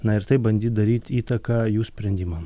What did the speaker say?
na ir taip bandyt daryt įtaką jų sprendimam